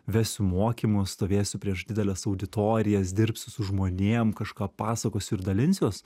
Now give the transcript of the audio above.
vesiu mokymus stovėsiu prieš dideles auditorijas dirbsiu su žmonėm kažką pasakosiu ir dalinsiuos